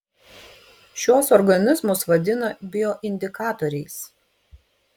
šiuos organizmus vadina bioindikatoriais